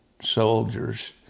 soldiers